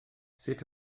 sut